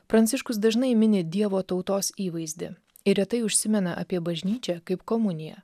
pranciškus dažnai mini dievo tautos įvaizdį ir retai užsimena apie bažnyčią kaip komuniją